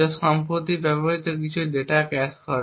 যা সম্প্রতি ব্যবহৃত কিছু ডেটা ক্যাশ করে